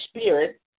Spirit